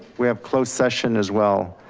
we have closed session as well.